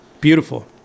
Beautiful